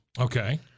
Okay